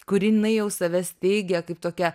kur jinai jau save steigia kaip tokia